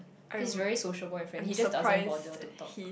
he's very sociable and friendly he just doesn't bother to talk